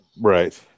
right